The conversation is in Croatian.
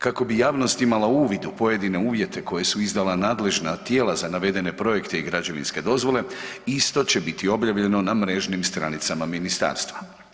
Kako bi javnost imala uvid u pojedine uvjete koje su izdala nadležna tijela za navedene projekte i građevinske dozvole, isto će biti objavljeno na mrežnim stranicama ministarstva.